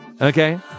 okay